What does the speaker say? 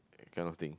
that kind of thing